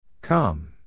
come